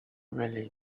really